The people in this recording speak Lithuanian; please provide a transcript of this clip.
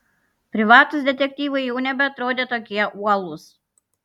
privatūs detektyvai jau nebeatrodė tokie uolūs